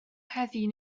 heddiw